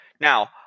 now